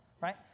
right